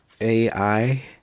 AI